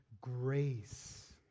grace